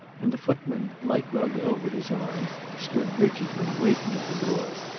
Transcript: and the footman, light rug over his arm, stood rigidly waiting at the door.